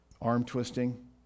arm-twisting